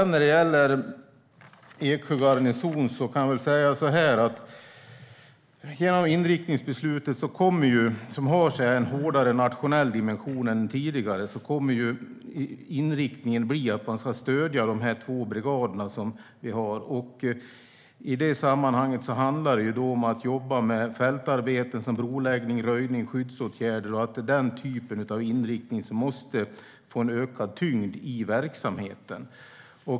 När det gäller Eksjö garnison kommer inriktningen, genom inriktningsbeslutet som har en hårdare nationell dimension än tidigare, att bli att man ska stödja de två brigader vi har. I det sammanhanget handlar det om att jobba med fältarbeten som broläggning, röjning och skyddsåtgärder. Det är den typen av inriktning som måste få en ökad tyngd i verksamheten.